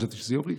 חשבתי שזה יוריד.